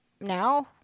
now